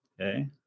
Okay